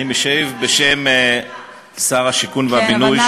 אני משיב בשם שר השיכון והבינוי,